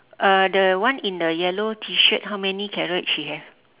uh the one in the yellow T-shirt how many carrot she have